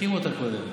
תקים אותה קודם.